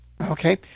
Okay